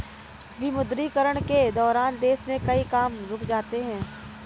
विमुद्रीकरण के दौरान देश में कई काम रुक से जाते हैं